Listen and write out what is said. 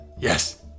yes